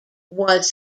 was